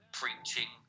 preaching